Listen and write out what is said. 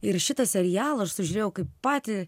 ir šitą serialą aš sužiūrėjau kaip patį